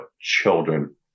children